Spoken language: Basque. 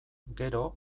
gero